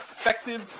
effective